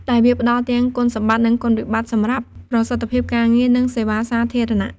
ដែលវាផ្តល់ទាំងគុណសម្បត្តិ និងគុណវិបត្តិសម្រាប់ប្រសិទ្ធភាពការងារ និងសេវាសាធារណៈ។